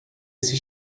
esse